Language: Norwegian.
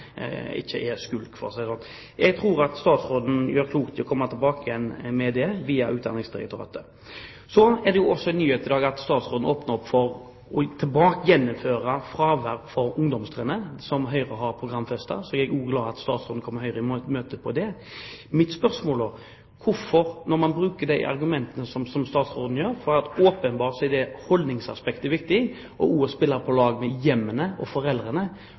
ikke skulk. Jeg tror at statsråden gjør klokt i å komme tilbake igjen med det via Utdanningsdirektoratet. Så er det også en nyhet i dag at statsråden åpner opp for å gjeninnføre fravær for ungdomstrinnet, som Høyre har programfestet. Jeg er også glad for at statsråden kommer Høyre i møte på det. Mitt spørsmål er: Når man bruker de argumentene som statsråden gjør – holdningsaspektet er åpenbart viktig, og også å spille på lag med hjemmene og foreldrene